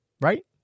Right